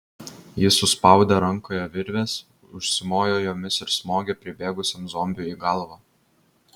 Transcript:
jis suspaudė rankoje virves užsimojo jomis ir smogė pribėgusiam zombiui į galvą